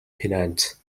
pennant